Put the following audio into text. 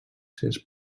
seves